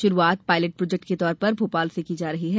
शुरूआत pilot project के तौर पर भोपाल से की जा रही है